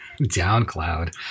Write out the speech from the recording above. DownCloud